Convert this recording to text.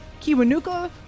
Kiwanuka